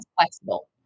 flexible